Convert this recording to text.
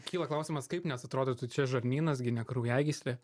kyla klausimas kaip nes atrodytų čia žarnynas gi ne kraujagyslė